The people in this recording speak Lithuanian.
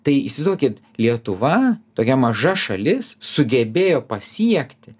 tai įsivaizduokit lietuva tokia maža šalis sugebėjo pasiekti